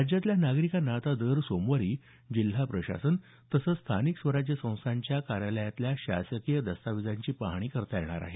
राज्यातल्या नागरिकांना आता दर सोमवारी जिल्हा प्रशासन तसंच स्थानिक स्वराज्य संस्थांच्या कार्यालयातल्या शासकीय दस्तावेजांची पाहणी करता येणार आहे